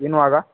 Innova का